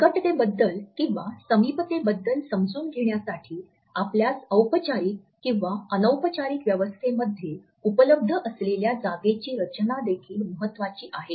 निकटतेबद्दल किंवा समीपते बद्दल समजून घेण्यासाठी आपल्यास औपचारिक किंवा अनौपचारिक व्यवस्थे मध्ये उपलब्ध असलेल्या जागेची रचना देखील महत्त्वाची आहे